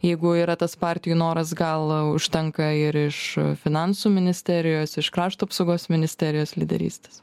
jeigu yra tas partijų noras gal užtenka ir iš finansų ministerijos iš krašto apsaugos ministerijos lyderystės